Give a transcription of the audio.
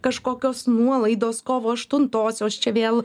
kažkokios nuolaidos kovo aštuntosios čia vėl